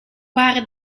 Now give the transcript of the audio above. waren